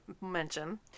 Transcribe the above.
mention